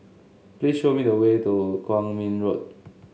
please show me the way to Kwong Min Road